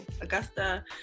Augusta